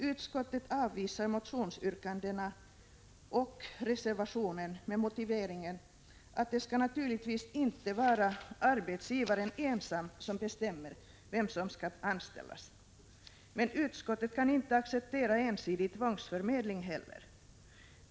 Utskottet avvisar motionsyrkandena och reservationen med motiveringen att det naturligtvis inte skall vara arbetsgivaren ensam som bestämmer vem som skall anställas. Men utskottet kan inte acceptera ensidig tvångsförmedling heller.